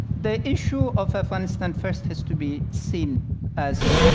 the issue of afghanistan first has to be seen as,